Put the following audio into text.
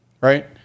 right